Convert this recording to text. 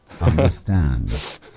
understand